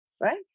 right